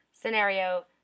Scenario